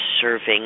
serving